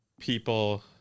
people